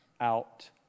out